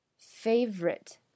favorite